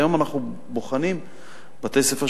היום אנחנו בוחנים בתי-ספר,